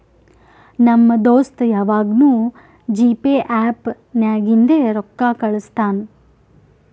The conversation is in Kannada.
ನಮ್ ದೋಸ್ತ ಯವಾಗ್ನೂ ಜಿಪೇ ಆ್ಯಪ್ ನಾಗಿಂದೆ ರೊಕ್ಕಾ ಕಳುಸ್ತಾನ್